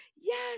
yes